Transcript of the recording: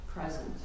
present